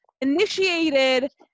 initiated